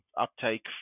uptake